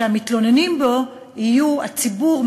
שהמתלוננים בו יהיו הציבור,